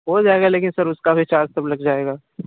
हो जाएगा लेकिन सर उसका भी चार्ज सब लग जाएगा